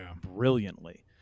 brilliantly